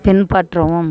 பின்பற்றவும்